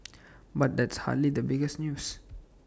but that's hardly the biggest news